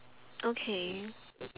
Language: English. okay